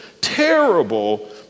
terrible